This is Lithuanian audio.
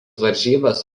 varžybas